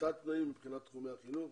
בתת-תנאים מבחינת תחומי החינוך,